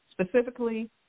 specifically